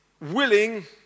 willing